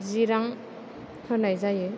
जि रां फान्नाय जायो